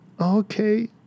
okay